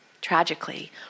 tragically